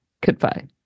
Goodbye